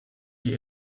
die